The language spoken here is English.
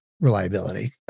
reliability